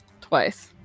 twice